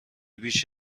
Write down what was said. بیش